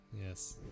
Yes